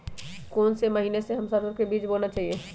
कौन से महीने में हम सरसो का बीज बोना चाहिए?